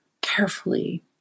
carefully